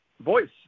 voice